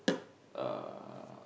uh